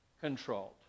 controlled